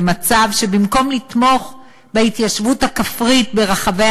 מצב שבמקום לתמוך בהתיישבות הכפרית ברחבי